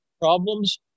problems